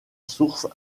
source